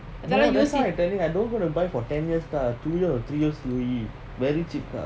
ya lah that's why I tell you for ten years car two year or three years lease very cheap